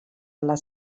alla